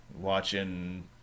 watching